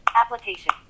Application